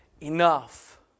enough